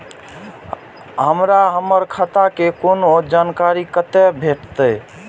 हमरा हमर खाता के कोनो जानकारी कते भेटतै